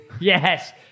yes